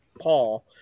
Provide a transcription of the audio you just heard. Paul